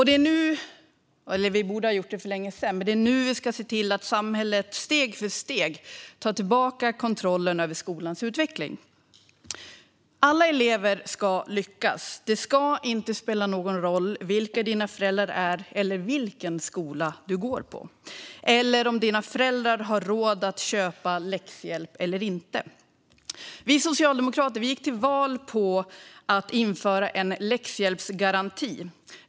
Det är nu vi ska se till - vi borde ha gjort det för länge sedan - att samhället steg för steg tar tillbaka kontrollen över skolans utveckling. Alla elever ska lyckas. Det ska inte spela någon roll vilka dina föräldrar är, vilken skola du går på eller om dina föräldrar har råd att köpa läxhjälp eller inte. Vi socialdemokrater gick till val på att införa en läxhjälpsgaranti.